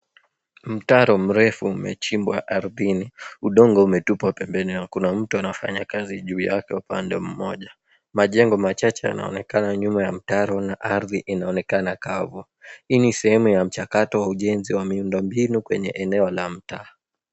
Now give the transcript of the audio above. Mtaro mrefu umechimbwa ardhini, udongo umetupwa pembeni na kuna mtu anafanya kazi juu yake upande mmoja. Majengo machache yanaonekana nyuma ya mtaro na ardhi inaonekana kavu. Hii ni sehemu ya mchakato wa ujenzi wa miundo mbinu kwenye eneo la mtaa.